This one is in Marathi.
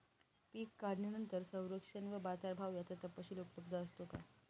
पीक काढणीनंतर संरक्षण व बाजारभाव याचा तपशील उपलब्ध असतो का?